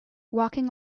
walking